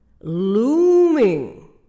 looming